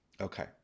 Okay